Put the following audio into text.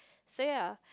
so ya